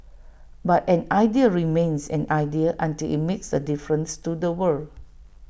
but an idea remains an idea until IT makes A difference to the world